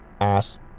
ass